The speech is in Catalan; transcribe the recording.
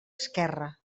esquerra